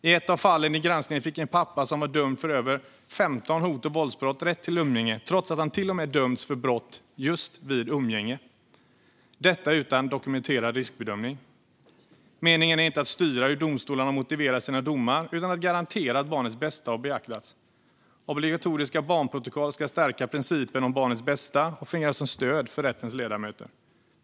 I ett av fallen i granskningen hade en pappa som var dömd för över 15 hot och våldsbrott fått rätt till umgänge trots att han till och med blivit dömd för brott just i samband med umgänge. Detta gjordes utan dokumenterad riskbedömning. Meningen är inte att styra hur domstolarna ska motivera sina domar utan att garantera att barnets bästa ska beaktas. Obligatoriska barnprotokoll ska stärka principen om barnets bästa och fungera som stöd för rättens ledamöter.